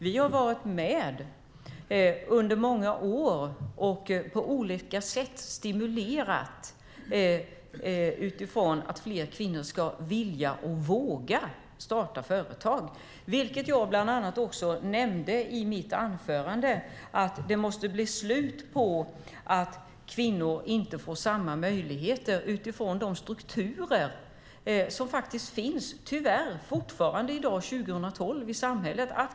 Vi har varit med under många år och på olika sätt stimulerat utifrån att fler kvinnor ska vilja och våga starta företag, vilket jag bland annat också nämnde i mitt anförande. Det måste bli slut på att kvinnor inte får samma möjligheter utifrån de strukturer som tyvärr i dag, 2012, fortfarande finns i samhället.